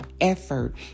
effort